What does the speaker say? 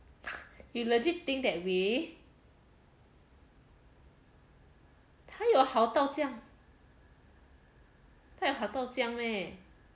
you legit think that way 她有好到这样她有好到这样 meh